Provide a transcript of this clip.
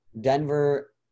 Denver